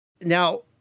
Now